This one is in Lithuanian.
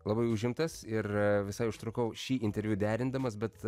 labai užimtas ir visai užtrukau šį interviu derindamas bet